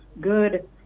Good